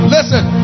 Listen